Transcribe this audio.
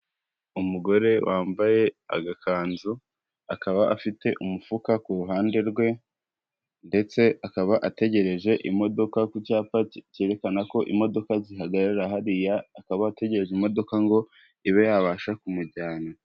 Umugore wambaye agakanzu, akaba afite umufuka ku ruhande rwe. Ndetse akaba ategereje imodoka ku cyapa cyerekana ko imodoka zihagarara hariya, akaba ategereje imodoka ngo ibe yabasha kumujyana.